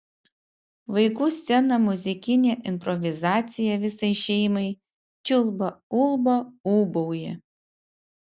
vaikų scena muzikinė improvizacija visai šeimai čiulba ulba ūbauja